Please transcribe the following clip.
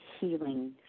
healing